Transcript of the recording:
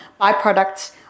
Byproducts